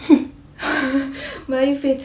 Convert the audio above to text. melayu fail